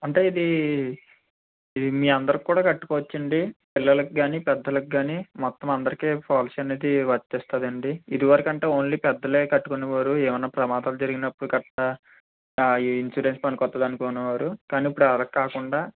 అంటే ఇది ఇది మీ అందరికి కూడా కట్టుకోవచ్చండి పిల్లలకి కానీ పెద్దలకి కానీ మొత్తం అందరికీ పాలసీ అనేది వర్తిస్తుందండి ఇదివరకంటే ఓన్లీ పెద్దలే కట్టుకునేవారు ఏమైనా ప్రమాదాలు జరిగినప్పుడు గట్రా ఈ ఇన్సూరెన్స్ పనికొస్తుంది అనుకునేవారు కానీ ఇప్పుడు అలా కాకుండా